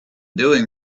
doing